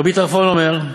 רבי טרפון אומר,